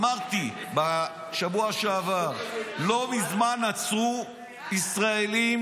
אמרתי בשבוע שעבר: לא מזמן עצרו ישראלים